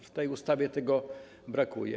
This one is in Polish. W tej ustawie tego brakuje.